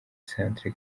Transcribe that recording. centre